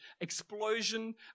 explosion